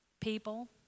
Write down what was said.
people